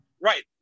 Right